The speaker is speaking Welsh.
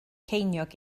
ceiniog